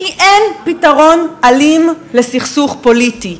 כי אין פתרון אלים לסכסוך פוליטי,